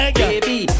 baby